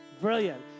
Brilliant